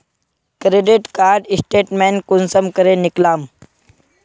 Credit card statement कुंसम करे निकलाम?